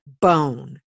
bone